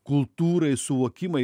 kultūrai suvokimą